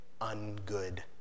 ungood